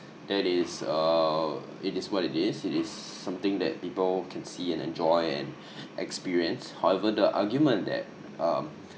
that is err it is what it is it is something that people can see and enjoy and experience however the argument that um